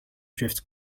drifts